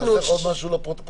חסר לך עוד משהו לפרוטוקול?